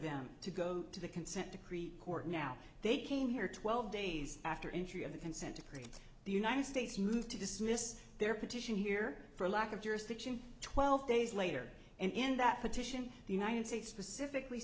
them to go to the consent decree court now they came here twelve days after entry of the consent decree the united states moved to dismiss their petition here for lack of jurisdiction twelve days later and in that petition the united states specifically